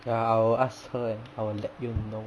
ya I will ask her and I will let you know